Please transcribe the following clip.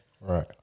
Right